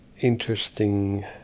interesting